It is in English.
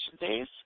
days